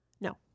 No